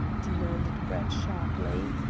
demanded brett sharply.